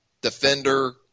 defender